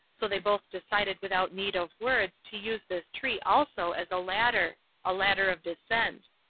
so they both decided without need of words to use this tree also as a ladder a ladder of descent.